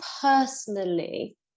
personally